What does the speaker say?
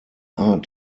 art